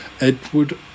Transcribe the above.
Edward